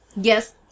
Yes